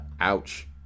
ouch